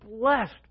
blessed